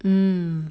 mm